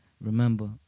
Remember